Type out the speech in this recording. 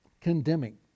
condemning